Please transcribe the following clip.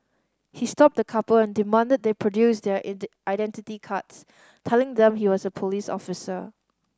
he stopped the couple and demanded they produce their identity cards telling them he was a police officer